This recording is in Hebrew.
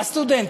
הסטודנטים.